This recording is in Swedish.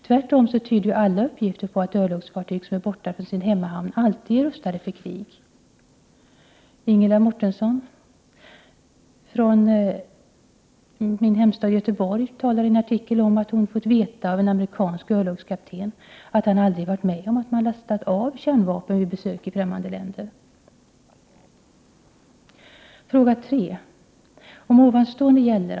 Tvärtom tyder alla uppgifter på att örlogsfartyg som är borta från sin hemmahamn alltid är rustade för krig. Ingela Mårtensson från min hemstad Göteborg talar i en artikel om att hon fått veta av en amerikansk örlogskapten att han aldrig varit med om att man lastat av kärnvapen vid besök i främmande länder. 3.